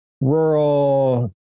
rural